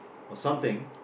or something